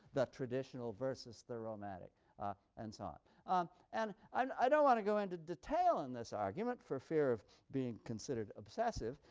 the traditional versus the romantic and so on. um and i don't want to go into detail in this argument for fear of being considered obsessive,